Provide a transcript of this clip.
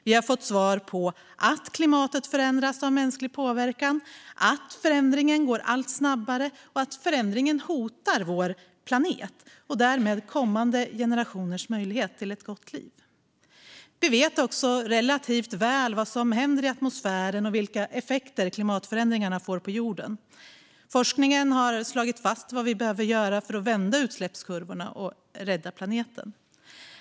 Vi har fått svar på att klimatet förändras av mänsklig påverkan, att förändringen går allt snabbare och att förändringen hotar vår planet och därmed kommande generationers möjlighet till ett gott liv. Vi vet också relativt väl vad som händer i atmosfären och vilka effekter klimatförändringarna får på jorden. Forskningen har slagit fast vad vi behöver göra för att vända utsläppskurvorna och rädda planeten.